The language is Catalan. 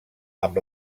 amb